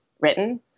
written